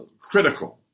critical